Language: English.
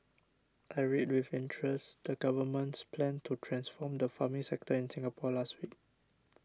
I read with interest the Government's plan to transform the farming sector in Singapore last week